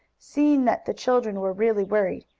seeing that the children were really worried,